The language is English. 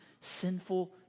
sinful